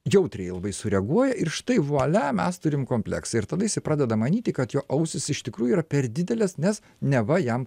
jautriai labai sureaguoja ir štai vualia mes turim kompleksą ir tada jisai pradeda manyti kad jo ausys iš tikrųjų yra per didelės nes neva jam